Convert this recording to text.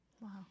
Wow